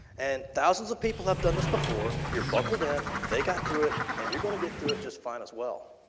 and thousands of people have done this before. you are buckled in, they got through it and you are going to get through it just fine as well.